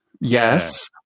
Yes